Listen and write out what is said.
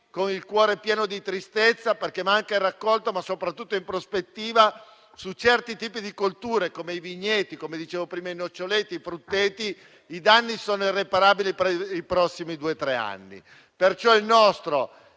con il cuore pieno di tristezza, perché manca il raccolto, ma soprattutto perché in prospettiva, su certi tipi di colture come i vigneti, i noccioleti e i frutteti, i danni sono irreparabili per i prossimi due o tre anni. Esprimo pertanto